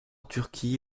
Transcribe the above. turquie